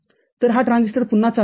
तर हा ट्रान्झिस्टर पुन्हा चालू आहे